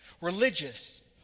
religious